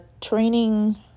Training